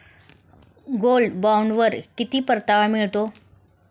Gold बॉण्डवर किती परतावा मिळतो?